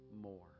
more